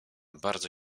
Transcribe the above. bardzo